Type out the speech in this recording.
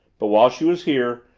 but, while she was here,